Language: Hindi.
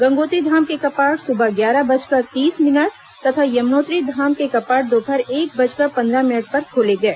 गंगोत्री धाम के कपाट सुबह ग्यारह बजकर तीस मिनट तथा यमुनोत्री धाम के कपाट दोपहर एक बजकर पंद्रह मिनट पर खोले गए